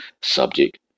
subject